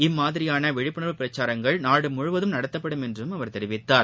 இம்மாதிரியானவிழிப்புணர்வு பிரச்சாரங்கள் நாடுமுழுவதும் நடத்தப்படும் என்றும் அவர் தெரிவித்தார்